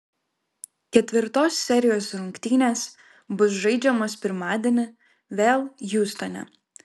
ketvirtos serijos rungtynės bus žaidžiamos pirmadienį vėl hjustone